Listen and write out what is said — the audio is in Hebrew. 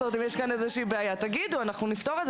אם יש כאן איזושהי בעיה תגידו, אנחנו נפתור את זה.